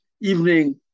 evening